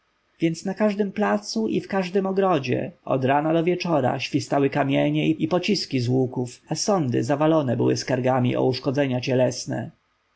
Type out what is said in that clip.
więc na każdym placu i w każdym ogrodzie od rana do wieczora świstały kamienie i pociski z łuków a sądy zawalone były skargami o uszkodzenia